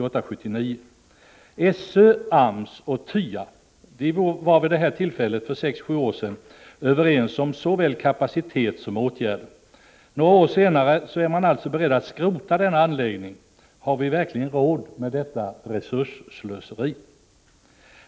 SÖ, AMS och Transportfackens yrkesoch arbetsmiljönämnd, TYA, var vid detta tillfälle för 6-7 år sedan överens om såväl kapacitet som åtgärder. Några år senare är man alltså beredd att skrota denna anläggning. Har vi verkligen råd med detta resursslöseri?